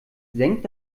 senkt